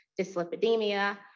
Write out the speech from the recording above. dyslipidemia